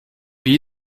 wie